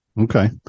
Okay